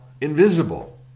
invisible